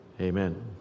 Amen